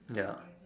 ya